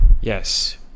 Yes